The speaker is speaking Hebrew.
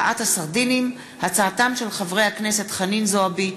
"עתיד"; בעקבות דיון מהיר בהצעתם של חברי הכנסת חנין זועבי,